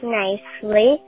nicely